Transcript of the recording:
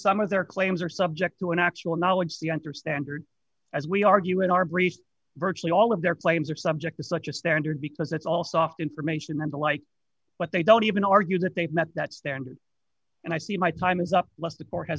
some of their claims are subject to an actual knowledge the answer standard as we argue in our briefs virtually all of their claims are subject to such a standard because that's all soft information and the like but they don't even argue that they've met that standard and i see my time is up lest the board has